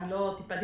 לא טיפלתי